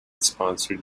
sponsored